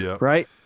right